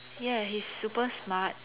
ya he's super smart